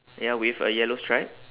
ya with a yellow stripe